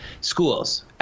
schools